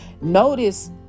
Notice